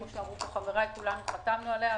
וכולנו חתמנו עליה.